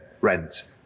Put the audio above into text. rent